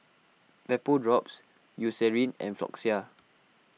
Vapodrops Eucerin and Floxia